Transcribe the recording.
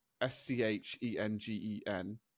S-C-H-E-N-G-E-N